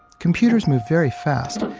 computers move very fast.